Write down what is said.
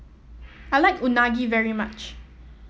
I like Unagi very much